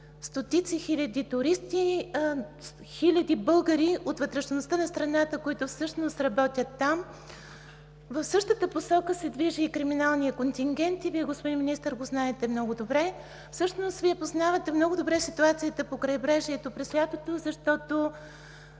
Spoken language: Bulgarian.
стотици хиляди туристи, хиляди българи от вътрешността на страната, които всъщност работят там. В същата посока се движи и криминалният контингент и Вие, господин Министър, го знаете много добре. Всъщност Вие познавате много добре ситуацията по крайбрежието през лятото, защото